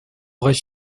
aurait